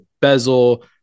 bezel